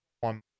one